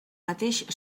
mateix